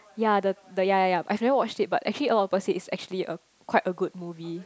ya the the ya ya ya I never watch it but actually a lot of people said it's actually a quite a good movie